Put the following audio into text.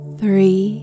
Three